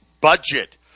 budget